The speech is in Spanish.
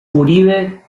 uribe